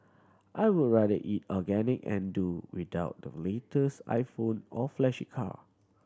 I would rather eat organic and do without the latest iPhone or flashy car